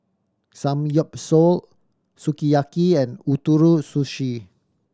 Samgyeopsal Sukiyaki and Ootoro Sushi